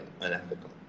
unethical